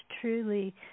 truly